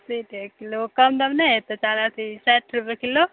अस्सी के एक किलो कम दाम नहि हेतै तारा सिंह साठि रुपए किलो